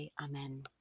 Amen